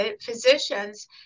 physicians